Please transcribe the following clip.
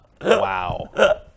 Wow